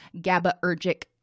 GABAergic